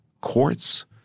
courts